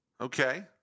okay